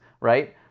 right